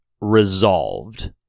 resolved